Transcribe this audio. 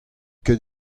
ket